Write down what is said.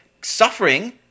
suffering